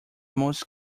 most